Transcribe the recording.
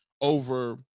over